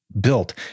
built